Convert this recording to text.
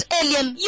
alien